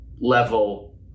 level